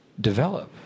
develop